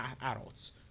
adults